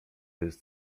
jest